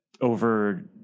over